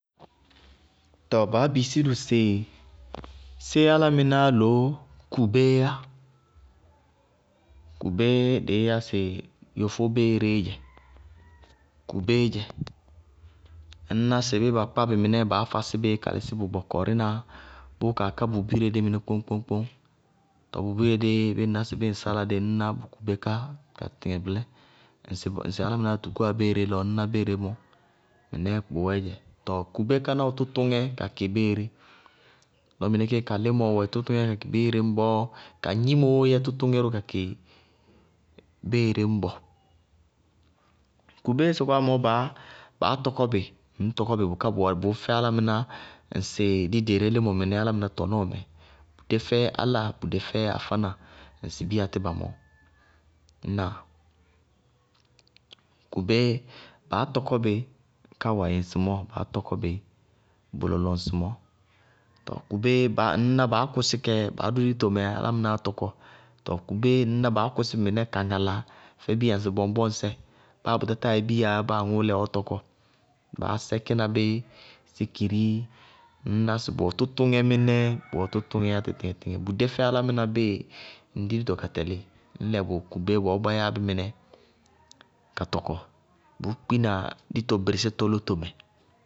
Tɔɔ baá bisí dʋ sɩ séé álámɩnáá loó kubéé yá? Kubéé dɩí yá sɩ yofó béeréé dzɛ, kubéé dzɛ. Ŋñná sɩ bíɩ ba kpá bɩ mɩnɛ baá fásí ka lísí bʋ bɔkɔrína bʋʋ kaa ká bʋ bíre dí mɩnɛ kpóñ-kpóñ-kpóñ tɔɔ bʋ tɛlɩyá bíre díí ŋñná sɩ bíɩ ŋ sála dɛ, ŋñná bʋ kubé ká la tɩtɩŋɛ bɩlɛ. Ŋsɩ álámɩnáá tukúwá béeré lɔ ŋñná béeré mɔ, mɩnɛɛ bʋwɛɛ dzɛ. Tɔɔ kubé káná, wɛ tʋtʋŋɛ kakɩ béeré lɔ mɩnɛ kéé ka límɔ wɛ tʋtʋŋɛ kakɩ béeré ñbɔɔ, ka gnimoó yɛ tʋtʋŋɛ ró kakɩ béeré ñbɔ. Kubéé sɔkɔwá mɔɔ baá tɔkɔ bɩ. Ŋñ tɔkɔ bɩ bʋká bɔwɛ. Bʋʋ fɛ álámɩná ŋsɩ díɖeeré límɔ mɩnɛ álámɩná tɔnɔɔmɛ. Bʋdé fɛ áláa, bʋdé fɛ afána ŋsɩ biya tiba mɔɔ. Ŋnáa? Tɔɔ kubé, baá tɔkɔ bɩ káwayɩ ŋsɩmɔɔ, baá tɔkɔ bɩ bʋ lɔlɔ ŋsɩmɔɔ, ŋñná baá kʋsí kɩ baá dʋ ditomɛ álámɩnáá tɔkɔ, tɔɔ kubé ŋñná baá kʋsí bɩ mɩnɛ ka ŋala fɛ bíya ŋsɩ bɔŋbɔŋsɛ, báa bʋ tá táa yɛ biyaá, báa aŋʋʋ lɛ ɔɔ tɔkɔ, báá sɛkína bí sikiri, ŋñná sɩ bʋwɛ tʋtʋŋɛ mɩnɛ, bʋwɛ tʋtʋŋɛɛ yá tɩtɩŋɛ-tɩtɩŋɛ. Bʋdé fɛ álámɩná bíɩ ŋ di dito ka tɛlɩ ññ lɛ bʋ kubé baá bɔɔ bá yáa bí mɩnɛ ka tɔkɔ, bʋʋ kpína dito bɩrɩsítɔ lótomɛ.